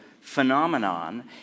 phenomenon